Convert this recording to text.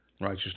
righteous